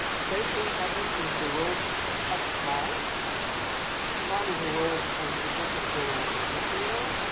same thing happened with the word, chashmal chashmal is a word from the book of ezekiel